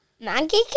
Monkey